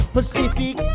Pacific